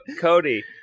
Cody